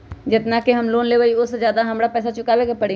जेतना के हम लोन लेबई ओ से ज्यादा के हमरा पैसा चुकाबे के परी?